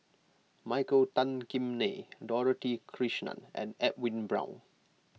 Michael Tan Kim Nei Dorothy Krishnan and Edwin Brown